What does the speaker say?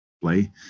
play